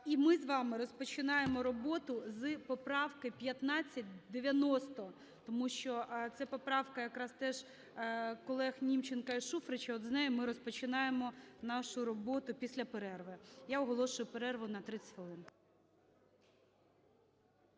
І ми з вами розпочинаємо роботу з поправки 1590, тому що це поправка якраз теж колегНімченка і Шуфрича, от з неї ми розпочинаємо нашу роботу після перерви. Я оголошую перерву на 30